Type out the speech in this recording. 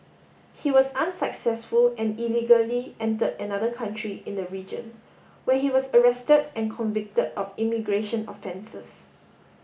he was unsuccessful and illegally entered another country in the region where he was arrested and convicted of immigration offences